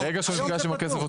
ברגע שהוא נפגש עם הכסף,